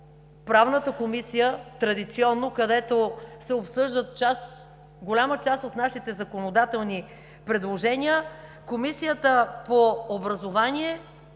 Правната комисия – традиционно, където се обсъждат голяма част от нашите законодателни предложения; Комисията по образованието